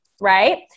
right